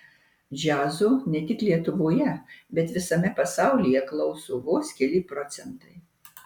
džiazo ne tik lietuvoje bet visame pasaulyje klauso vos keli procentai